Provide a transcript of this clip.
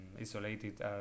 isolated